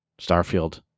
Starfield